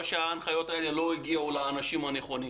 או שההנחיות האלה לא הגיעו לאנשים הנכונים